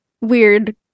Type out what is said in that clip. weird